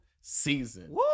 season